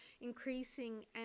increasing